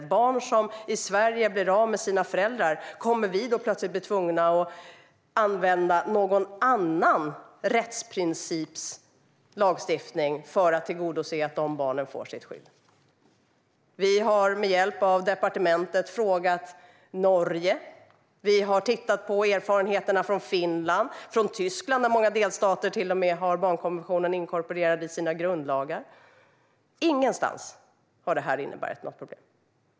Om barn i Sverige blir av med sina föräldrar, kommer vi då bli tvungna att använda någon annan rättsprincips lagstiftning för att tillgodose att dessa barn får sitt skydd? Vi har med hjälp av departementet frågat Norge, och vi har tittat på erfarenheterna från Finland och Tyskland, där många delstater till och med har barnkonventionen inkorporerad i sina grundlagar. Ingenstans har detta inneburit ett problem.